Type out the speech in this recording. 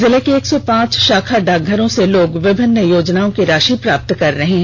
जिले की एक सौ पांच षाखा डाकघरों से लोग विभिन्न योजनाओं की राषि प्राप्त कर रहे हैं